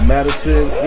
Madison